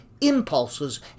impulses